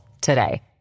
today